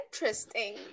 interesting